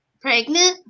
Pregnant